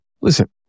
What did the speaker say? listen